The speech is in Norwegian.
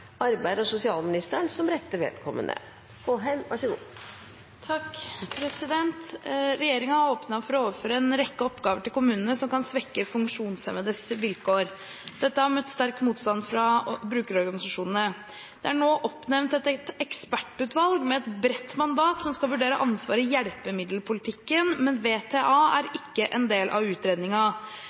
kommunene som kan svekke funksjonshemmedes vilkår. Dette har møtt sterk motstand fra brukerorganisasjonene. Det er nå oppnevnt et ekspertutvalg med et bredt mandat som skal vurdere ansvaret i hjelpemiddelpolitikken, men VTA er ikke en del av